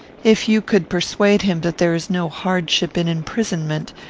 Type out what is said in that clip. if you could persuade him that there is no hardship in imprisonment,